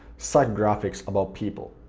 psychographics about people.